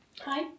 Hi